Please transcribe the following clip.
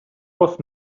was